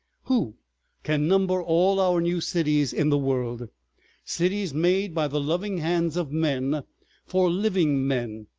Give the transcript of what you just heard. who can number all our new cities in the world cities made by the loving hands of men for living men,